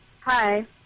Hi